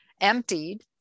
emptied